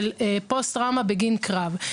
של פוסט טראומה בגין קרב.